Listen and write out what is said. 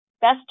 best